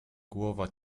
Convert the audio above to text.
głowa